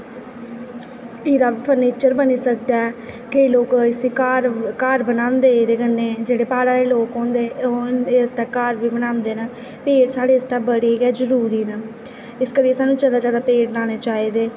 एह्दा फ्रनीचर बनी सकदा ऐ केईं लोक इसी घर घर बनांदे एह्दे कन्नै जेह्ड़े प्हाड़ें दे लोक होंदे ओह् इसदा घर बी बनांदे न ते पेड़ साढ़े आस्तै बड़े गै जरूरी न इस करियै सानूं जादा जादा पेड़ लाने चाहिदे